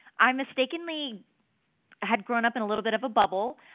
i'm mistakenly had grown up in a little bit of a bubble.